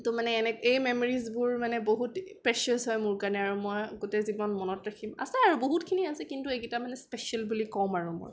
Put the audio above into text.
ত' মানে এই মেম'ৰিজবোৰ মানে বহুত প্ৰেছিয়াছ হয় মোৰ কাৰণে আৰু মই গোটেই জীৱন মনত ৰাখিম আছে আৰু বহুতখিনি আছে কিন্তু এইকেইটা মানে স্পেচিয়েল বুলি ক'ম আৰু মই